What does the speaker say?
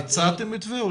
הצעתם מתווה?